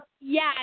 yes